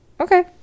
Okay